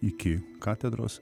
iki katedros